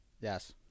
Yes